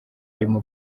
arimo